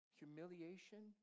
humiliation